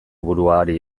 buruari